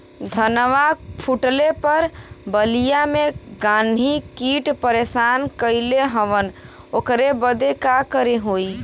धनवा फूटले पर बलिया में गान्ही कीट परेशान कइले हवन ओकरे बदे का करे होई?